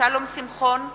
שלום שמחון,